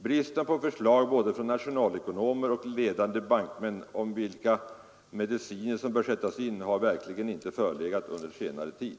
Brist på förslag både från nationalekonomer och ledande bankmän om vilka mediciner som bör sättas in har sannerligen inte förelegat under senare tid.